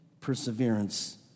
perseverance